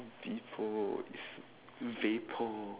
before is vapor